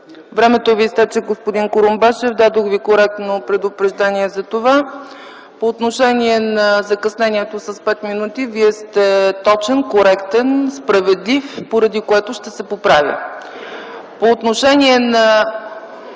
времето Ви изтече. Дадох Ви коректно предупреждение за това. По отношение на закъснението с пет минути, Вие сте точен, коректен, справедлив, поради което ще се поправя! По отношение на